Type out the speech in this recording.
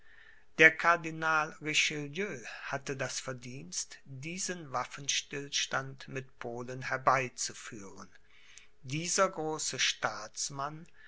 der cardinal richelieu hatte das verdienst diesen waffenstillstand mit polen herbeizuführen dieser große staatsmann